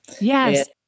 Yes